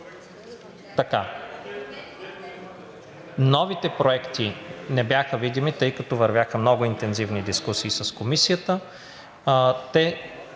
видимо. Новите проекти не бяха видими, тъй като вървяха много интензивни дискусии с Комисията. Те